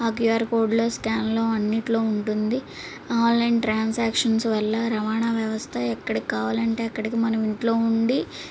ఆ క్యూఆర్ కోడ్లో స్కాన్లో అన్నింటిలో ఉంటుంది ఆన్లైన్ ట్రాన్సాక్షన్స్ వల్ల రవాణా వ్యవస్థ ఎక్కడికి కావాలంటే అక్కడికి మనం ఇంట్లో ఉండి